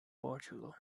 portugal